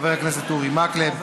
חבר הכנסת אורי מקלב,